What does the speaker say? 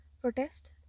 protest